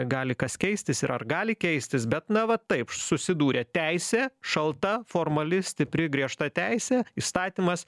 gali kas keistis ir ar gali keistis bet na va taip susidūrė teisė šalta formali stipri griežta teisė įstatymas